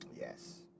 Yes